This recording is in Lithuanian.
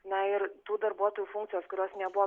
na ir tų darbuotojų funkcijos kurios nebuvo